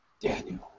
Daniel